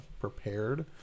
prepared